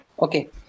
Okay